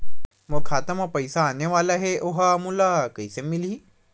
मोर खाता म पईसा आने वाला हे ओहा मोला कइसे मिलही?